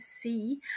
see